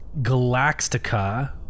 Galactica